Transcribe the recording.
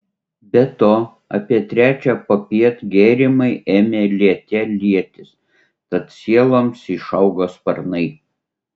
be to apie trečią popiet gėrimai ėmė liete lietis tad sieloms išaugo sparnai